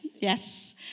Yes